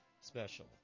special